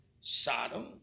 Sodom